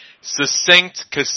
succinct